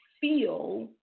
feel